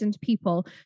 people